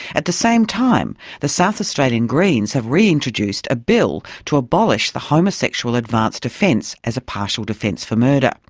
at the same time, the south australian greens have re-introduced a bill to abolish the homosexual advance defence as a partial defence for murder.